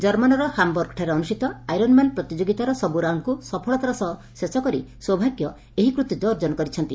ଜର୍ମାନର ହାମ୍ବର୍ଗଠାରେ ଅନୁଷିତ Ironman ପ୍ରତିଯୋଗିତାର ସବୁ ରାଉଣ୍ଡ୍କୁ ସଫଳତାର ସହ ଶେଷ କରି ସୌଭାଗ୍ୟ ଏହି କୃତିତ୍ ଅର୍ଜନ କରିଛନ୍ତି